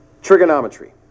Trigonometry